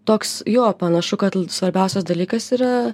toks jo panašu kad svarbiausias dalykas yra